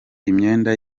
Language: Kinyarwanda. imyenda